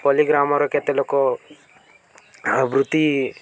ପଲ୍ଲୀଗ୍ରାମର କେତେ ଲୋକ ବୃତ୍ତି